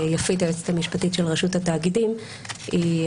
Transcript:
יפית היועצת המשפטית של רשות התאגידים תקרא,